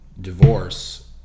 divorce